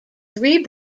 three